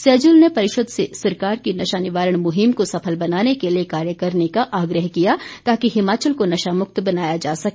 सैजल ने परिषद से सरकार की नशा निवारण मुहिम को सफल बनाने के लिए कार्य करने का आग्रह किया ताकि हिमाचल को नशा मुक्त बनाया जा सके